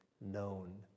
known